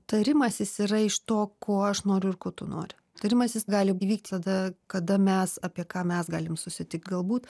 tarimasis yra iš to ko aš noriu ir ko tu nori tarimasis gali įvykt tada kada mes apie ką mes galime susitikt galbūt